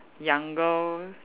younger